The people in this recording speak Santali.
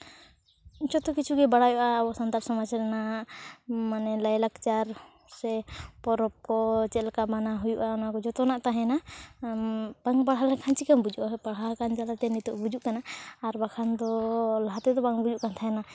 ᱡᱚᱛᱚ ᱠᱤᱪᱷᱩ ᱜᱮ ᱵᱟᱲᱟᱭᱚᱜᱼᱟ ᱟᱵᱚ ᱥᱟᱱᱛᱟᱲ ᱥᱚᱢᱟᱡᱽ ᱨᱮᱱᱟᱜ ᱢᱟᱱᱮ ᱞᱟᱭᱼᱞᱟᱠᱪᱟᱨ ᱥᱮ ᱯᱚᱨᱚᱵᱽ ᱠᱚ ᱪᱮᱫ ᱞᱮᱠᱟ ᱢᱟᱱᱟᱣ ᱦᱩᱭᱩᱜᱼᱟ ᱚᱱᱟᱠᱚ ᱡᱚᱛᱚᱱᱟᱜ ᱛᱟᱦᱮᱱᱟ ᱵᱟᱝ ᱯᱟᱲᱦᱟᱣ ᱞᱮᱠᱷᱟᱱ ᱪᱤᱠᱟᱹ ᱵᱩᱡᱩᱜᱼᱟ ᱯᱟᱲᱦᱟᱣ ᱟᱠᱟᱱ ᱡᱟᱞᱟᱛᱮ ᱱᱤᱛᱚᱜ ᱵᱩᱡᱩᱜ ᱠᱟᱱᱟ ᱟᱨ ᱵᱟᱠᱷᱟᱱ ᱫᱚ ᱞᱟᱦᱟ ᱛᱮᱫᱚ ᱵᱟᱝ ᱵᱩᱡᱩᱜ ᱠᱟᱱ ᱛᱟᱦᱮᱱᱟ